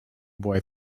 boy